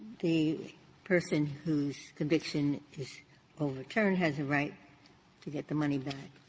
the person whose conviction is overturned has a right to get the money back.